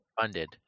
funded